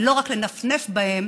ולא רק לנפנף בהם